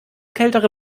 kältere